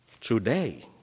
Today